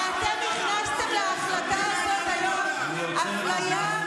אתם הכנסתם להחלטה הזאת היום אפליה,